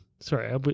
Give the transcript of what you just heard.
Sorry